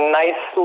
nice